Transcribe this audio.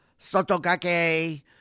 Sotokake